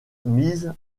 mise